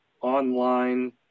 online